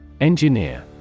Engineer